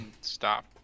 stop